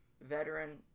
veteran